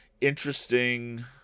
interesting